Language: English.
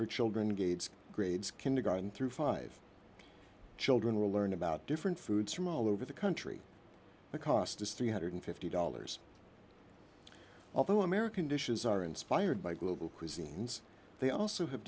for children gates grades kindergarten through five children will learn about different foods from all over the country the cost is three hundred and fifty dollars although american dishes are inspired by global cuisines they also have